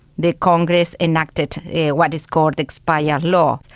the congress enacted what is called the expiry yeah law,